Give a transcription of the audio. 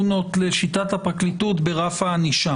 זה מה שהולך להיות ויהיו יותר האזנות שבסוף לא יוגדרו כהאזנות סתר.